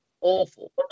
awful